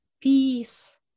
peace